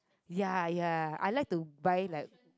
ya ya I like to buy like